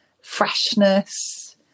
freshness